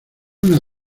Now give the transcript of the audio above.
una